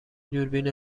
دوربین